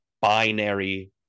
Binary